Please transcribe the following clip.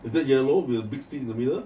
is it yellow with a big seed in the middle